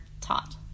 taught